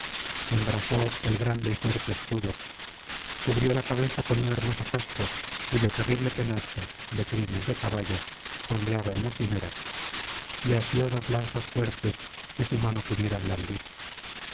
embrazó el grande y fuerte escudo cubrió la cabeza con un hermoso casco cuyo terrible penacho de crines de caballo ondeaba en la cimera y asió dos lanzas fuertes que su mano pudiera blandir